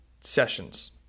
sessions